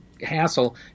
hassle